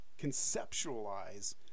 conceptualize